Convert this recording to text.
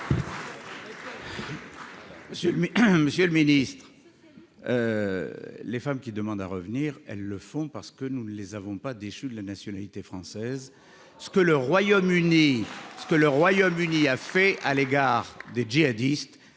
Monsieur le Ministre, les femmes qui demandent à revenir, elles le font parce que nous ne les avons pas déchu de la nationalité française, ce que le Royaume Uni, ce que le Royaume-Uni a fait à l'égard des djihadistes,